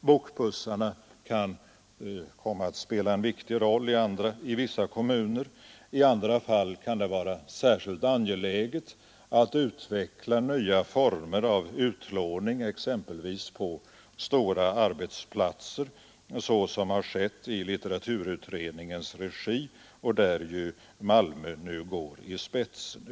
Bokbussarna kan komma att spela en viktig roll i vissa kommuner; i andra fall kan det vara särskilt angeläget att utveckla nya former av utlåning, exempelvis på stora arbetsplatser, såsom har skett i litteraturutredningens regi, där Malmö nu går i spetsen.